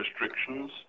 restrictions